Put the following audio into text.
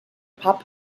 pop